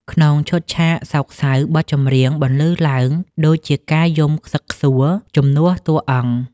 ក្នុងឈុតឆាកសោកសៅ បទចម្រៀងបន្លឺឡើងដូចជាការយំខ្សឹកខ្សួលជំនួសតួអង្គ។